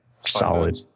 solid